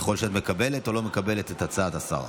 ככל שאת מקבלת או לא מקבלת את הצעת השר.